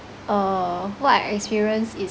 uh what I experience is